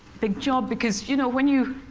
big job. because you know, when you